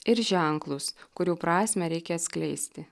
ir ženklus kurių prasmę reikia atskleisti